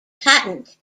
patent